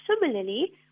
similarly